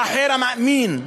האחר המאמין,